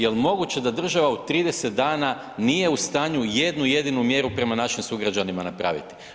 Jel moguće da država u 30 dana nije u stanju jednu jedinu mjeru prema našim sugrađanima napraviti?